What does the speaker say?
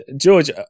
george